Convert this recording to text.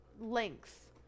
length